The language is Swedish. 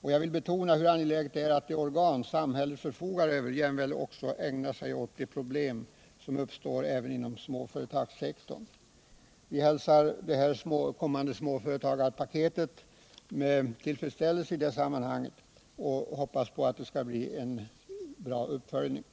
Jag vill även betona hur angeläget det är att det organ som samhället förfogar över jämväl ägnar sig åt de problem som uppstår inom småföretagssektorn. Vi hälsar det kommande småföretagarpaketet med tillfredsställelse i det sammanhanget och hoppas det skall få en bra uppföljning.